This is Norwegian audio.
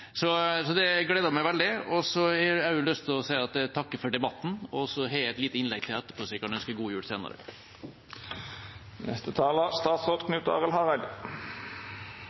Så har jeg også lyst til å si at jeg takker for debatten. Jeg har et lite innlegg til etterpå, så jeg kan ønske god jul senere.